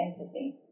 empathy